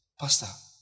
Pastor